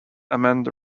amend